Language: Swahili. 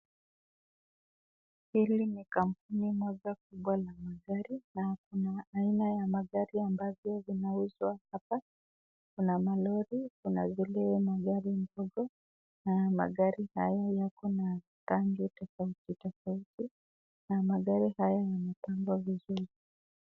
Hili ni kampuni moja kubwa la magari, na aina ya magari ambapo inauzwa hapa, kuna maroli, kuna zile magari ndogo, na magari haya yote yako na rangi tofauti tofauti, na magari haya yamepangwa vizuri.